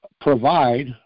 provide